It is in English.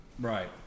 Right